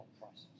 process